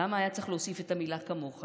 למה היה צריך להוסיף את המילה "כמוך"?